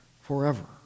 forever